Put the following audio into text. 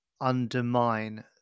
undermine